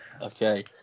Okay